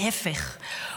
להפך,